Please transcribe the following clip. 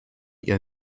ihr